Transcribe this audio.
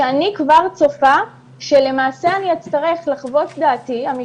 שאני כבר צופה שלמעשה אצטרך לחוות דעתי המשפטית,